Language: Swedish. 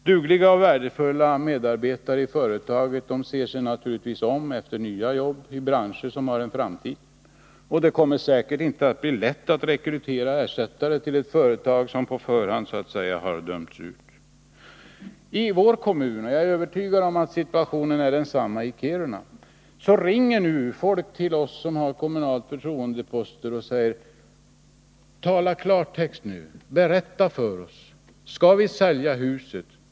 Dugliga och värdefulla medarbetare i företaget ser sig naturligtvis om efter nya jobb i branscher som har en framtid, och det kommer säkert inte att bli lätt att rekrytera ersättare till ett företag som så att säga har dömts ut på förhand. I vår kommun — jag är övertygad om att situationen är densamma i Kiruna — ringer nu folk till oss som har kommunala förtroendeposter och säger: Tala klartext nu! Berätta för oss! Skall vi sälja huset?